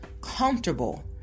comfortable